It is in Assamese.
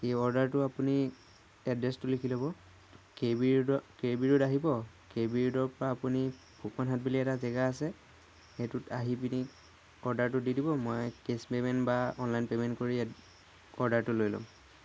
এই অৰ্ডাৰটো আপুনি এড্ৰেছটো লিখি ল'ব কে বি ৰোডৰ কে বি ৰোড আহিব কে বি ৰোডৰ পৰা আপুনি ফুকন হাট বুলি এটা জেগা আছে সেইটোত আহি পিনি অৰ্ডাৰটো দি দিব মই কেছ পে'মেণ্ট বা অনলাইন পে'মেণ্ট কৰি অৰ্ডাৰটো লৈ ল'ম